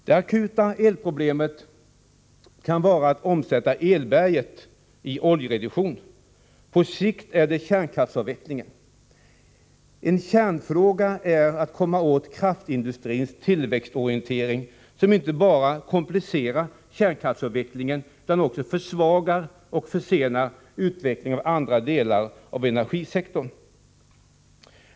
Det akuta elproblemet kan vara att omsätta ”elberget” i oljereduktion. På sikt är det kärnkraftsavvecklingen. En kärnfråga är att komma åt kraftindustrins tillväxtorientering, som inte bara komplicerar kärnkraftsavvecklingen utan också försvagar och försenar utvecklingen i andra delar av energisektorn.